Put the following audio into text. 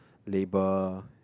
labour